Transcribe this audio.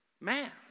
man